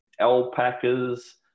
alpacas